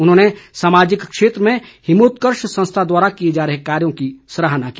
उन्होंने सामाजिक क्षेत्र में हिमोत्कर्ष संस्था द्वारा किए जा रहे कार्यों की सराहना की